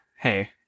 hey